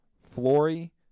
Flory